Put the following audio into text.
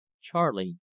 Charlie